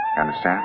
understand